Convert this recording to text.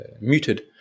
muted